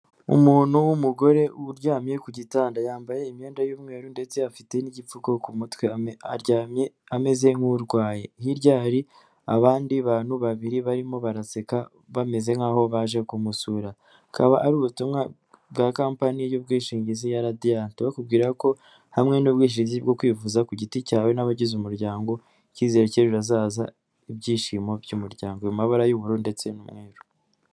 Umuntu w'umugore uryamye ku gitanda, yambaye imyenda y'umweru ndetse afite n'igipfuko ku mutwe aryamye ameze nk'urwaye. Hirya hari abandi bantu babiri barimo baraseka bameze nk'aho baje kumusura, akaba ari ubutumwa bwa company y'ubwishingizi ya Radiant bakubwira ko hamwe n'ubwishingi bwo kwivuza ku giti cyawe n'abagize umuryango icyizere cy'ejo hazaza ibyishimo by'umuryango, mu mabara y'ubururu ndetse n'umweru.